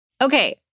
Okay